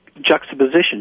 juxtaposition